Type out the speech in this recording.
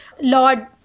Lord